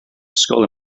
ysgol